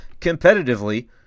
competitively